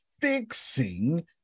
fixing